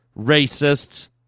racists